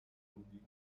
بودی